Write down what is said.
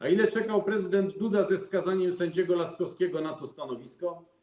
A ile czekał prezydent Duda ze wskazaniem sędziego Laskowskiego na to stanowisko?